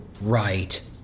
right